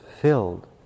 filled